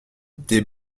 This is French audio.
des